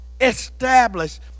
Establish